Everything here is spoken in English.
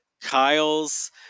Kyle's